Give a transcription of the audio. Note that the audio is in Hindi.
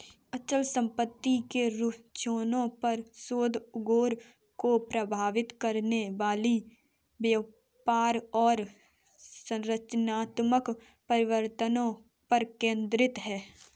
अचल संपत्ति के रुझानों पर शोध उद्योग को प्रभावित करने वाले व्यापार और संरचनात्मक परिवर्तनों पर केंद्रित है